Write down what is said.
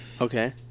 Okay